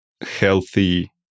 healthy